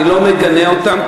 אני לא מגנה אותם,